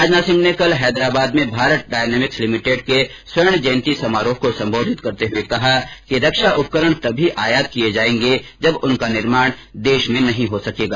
राजनाथ सिंह ने कल हैदराबाद में भारत डायनेमिक्स लिमिटेड के स्वर्ण जयती समारोह को संबोधित करते हुए कहा कि रक्षा उपकरण तभी आयात किये जाएंगे जब उनका निर्माण देश में नहीं हो सकेगा